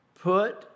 put